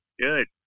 Good